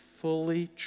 fully